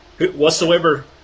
whatsoever